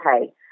okay